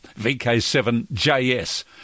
VK7JS